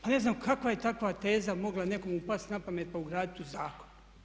Pa ne znam kako je takva teza mogla nekom pasti na pamet pa ugraditi u zakon.